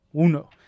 uno